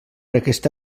aquesta